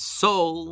soul